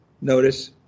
notice